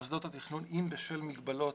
מוסדות התכנון, אם בשל מגבלות